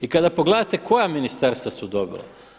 I kada pogledate koja ministarstva su dobila.